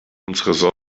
unsere